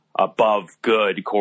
above-good